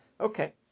okay